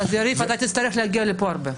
יריב לוין, תצטרך להגיע לפה הרבה.